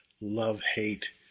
love-hate